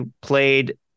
played